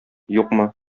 юкмы